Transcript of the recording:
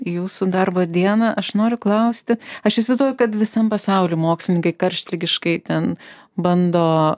jūsų darbo dieną aš noriu klausti aš įsivaizduoju kad visam pasauly mokslininkai karštligiškai ten bando